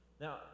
Now